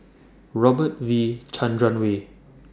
Robert V Chandran Way